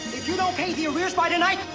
you don't pay the arrears by tonight,